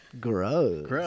gross